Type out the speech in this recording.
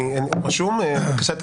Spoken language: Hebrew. בבקשה,